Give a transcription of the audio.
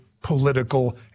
political